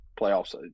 playoffs